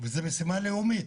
וזה משימה לאומית.